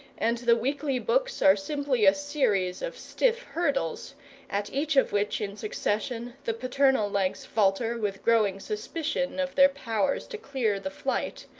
and the weekly books are simply a series of stiff hurdles at each of which in succession the paternal legs falter with growing suspicion of their powers to clear the flight,